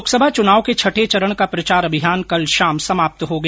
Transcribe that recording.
लोकसभा चुनाव के छठे चरण का प्रचार अभियान कल शाम समाप्त हो गया